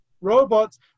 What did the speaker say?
robots